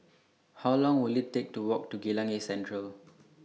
How Long Will IT Take to Walk to Geylang East Central